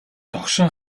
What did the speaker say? догшин